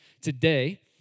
today